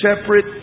separate